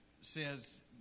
says